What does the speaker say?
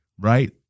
right